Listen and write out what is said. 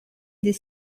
des